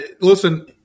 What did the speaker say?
Listen